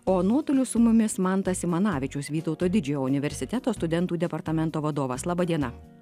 o nuotoliu su mumis mantas simanavičius vytauto didžiojo universiteto studentų departamento vadovas laba diena